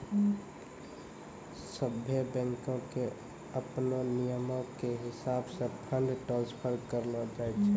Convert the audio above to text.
सभ्भे बैंको के अपनो नियमो के हिसाबैं से फंड ट्रांस्फर करलो जाय छै